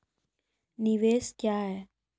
निवेश क्या है?